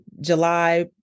July